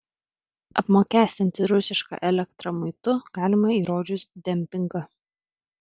apmokestinti rusišką elektrą muitu galima įrodžius dempingą